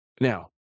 Now